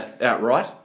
outright